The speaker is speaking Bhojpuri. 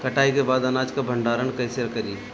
कटाई के बाद अनाज का भंडारण कईसे करीं?